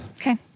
Okay